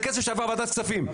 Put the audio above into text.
זה כסף שעבר ועדת כספים.